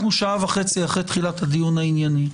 אנחנו שעה וחצי אחרי תחילת הדיון הענייני,